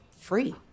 free